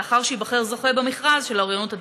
לאחר שייבחר זוכה במכרז של האוריינות הדיגיטלית.